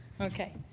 Okay